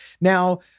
Now